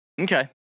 Okay